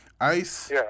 ice